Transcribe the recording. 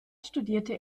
studierte